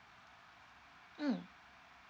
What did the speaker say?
mm